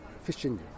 fishing